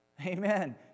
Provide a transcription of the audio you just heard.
Amen